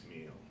meal